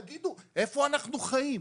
תגידו, איפה אנחנו חיים?